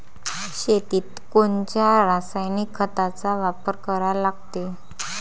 शेतीत कोनच्या रासायनिक खताचा वापर करा लागते?